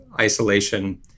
isolation